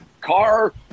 car